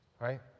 right